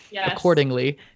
accordingly